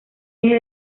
eje